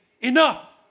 enough